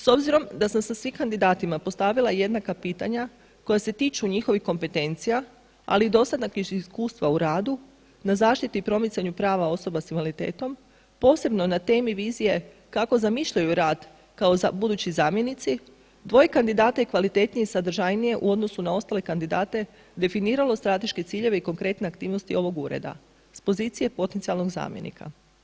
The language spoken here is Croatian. S obzirom da sam svim kandidatima postavila jednaka pitanja koja se tiču njihovih kompetencija, ali i dosadašnja iskustva u radu na zaštiti i promicanju prava osoba s invaliditetom posebno na temi vizije kako zamišljaju rad kao budući zamjenici, dvoje kandidata je kvalitetnije i sadržajnije u odnosu na ostale kandidate definiralo strateške ciljeve i konkretne aktivnosti ovog ureda s pozicije potencijalnog zamjenika.